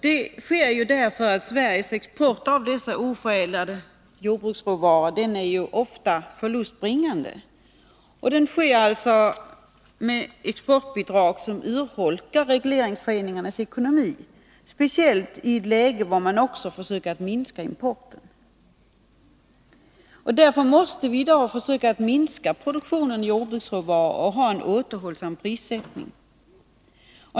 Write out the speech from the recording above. Detta sker därför att Sveriges export av oförädlade jordbruksråvaror ofta är förlustbringande. Den sker med exportbidrag som urholkar regleringsföreningarnas ekonomi, speciellt i ett läge där man försöker minska importen. Därför måste vi i dag försöka minska produktionen av jordbruksråvaror och ha en återhållsam prissättning.